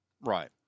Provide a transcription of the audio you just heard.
Right